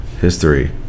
history